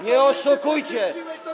Nie oszukujcie.